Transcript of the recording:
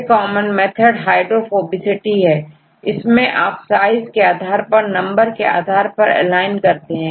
सबसे common method hydrophobicity है इसमें आप साइज के आधार पर नंबर के आधार पर एलाईन करते हैं